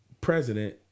president